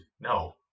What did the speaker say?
no